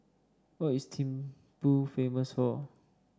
what is Thimphu famous for